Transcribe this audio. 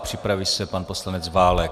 Připraví se pan poslanec Válek.